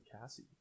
Cassie